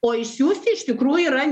o išsiųst iš tikrų yra